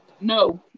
No